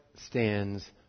stands